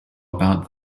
about